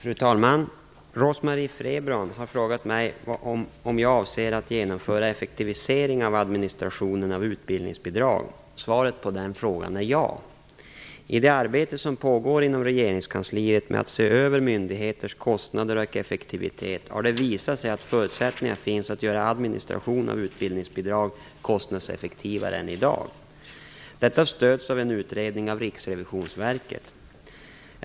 Fru talman! Rose-Marie Frebran har frågat mig om jag avser att genomföra effektivisering av administrationen av utbildningsbidrag. Svaret på den frågan är ja. I det arbete som pågår inom regeringskansliet med att se över myndigheters kostnader och effektivitet har det visat sig att förutsättningar finns att göra administrationen av utbildningsbidrag kostnadseffektivare än i dag. Detta stöds av en utredning av Riksrevisionsverket.